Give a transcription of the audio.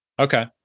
Okay